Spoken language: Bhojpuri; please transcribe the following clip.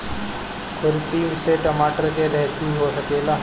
खुरपी से टमाटर के रहेती हो सकेला?